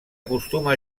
acostuma